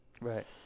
Right